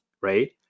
right